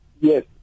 Yes